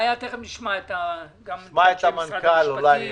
גם את משרד המשפטים.